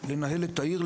לנהל את העיר,